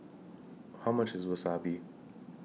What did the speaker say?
How much IS Wasabi